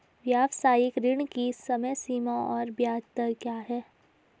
व्यावसायिक ऋण की समय सीमा और ब्याज दर क्या है?